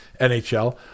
NHL